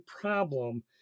problem